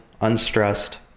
unstressed